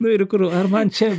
na ir kur ar man čia